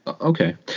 Okay